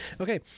Okay